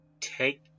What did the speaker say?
take